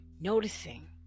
noticing